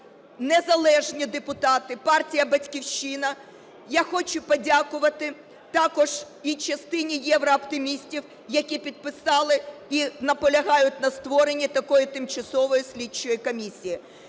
незалежні депутати, партія "Батьківщина". Я хочу подякувати також і частині "Єврооптимістів", які підписали і наполягають на створенні такої тимчасової слідчої комісії.